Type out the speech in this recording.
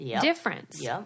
difference